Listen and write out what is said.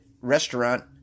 Restaurant